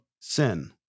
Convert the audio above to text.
sin